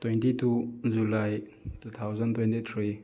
twenty two July two thousand twenty three